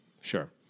Sure